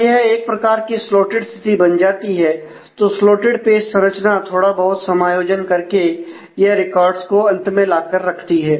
तो यह एक प्रकार की स्लॉटेड स्थिति बन जाती है तो स्लॉटेड पेज संरचना थोड़ा बहुत समायोजन करके यह रिकॉर्डस को अंत में लाकर रखती है